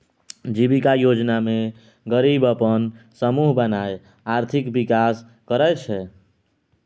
जीबिका योजना मे गरीब अपन समुह बनाए आर्थिक विकास करय छै